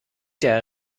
der